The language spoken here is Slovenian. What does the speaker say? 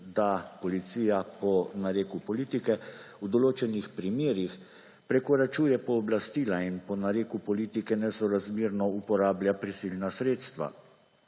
da policija po nareku politike v določenih primerih prekoračuje pooblastila in po nareku politike nesorazmerno uporablja prisilna sredstva.